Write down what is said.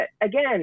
again